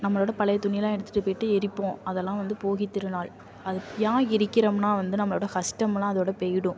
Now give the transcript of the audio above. நம்மளோட பழைய துணியெல்லாம் எடுத்துட்டு போயிட்டு எரிப்போம் அதெல்லாம் வந்து போகித்திருநாள் அது ஏன் எரிக்கிறோம்னா வந்து நம்மளோட கஷ்டம்லாம் அதோட போயிடும்